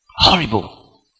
Horrible